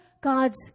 God's